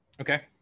Okay